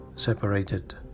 separated